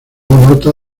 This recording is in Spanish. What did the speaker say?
nota